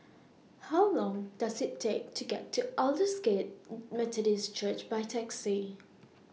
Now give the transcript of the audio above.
How Long Does IT Take to get to Aldersgate Methodist Church By Taxi